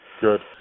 Good